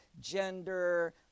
gender